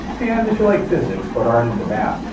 and, if you like physics, but aren't into math,